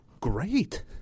great